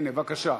הנה, בבקשה.